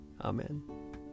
Amen